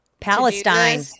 Palestine